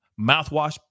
mouthwash